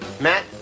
Matt